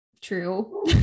true